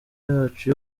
yacu